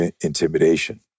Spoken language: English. intimidation